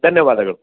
ಧನ್ಯವಾದಗಳು